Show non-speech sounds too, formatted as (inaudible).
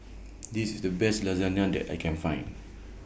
(noise) This IS The Best Lasagna that I Can Find